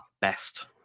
best